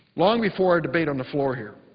long before our debate on the floor here.